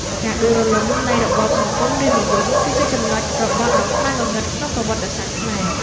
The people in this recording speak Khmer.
ការដួលរលំនៃរបបសង្គមរាស្រ្តនិយមគឺជាចំណុចរបត់ដ៏ខ្មៅងងឹតក្នុងប្រវត្តិសាស្ត្រខ្មែរ។